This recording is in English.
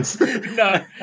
no